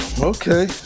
okay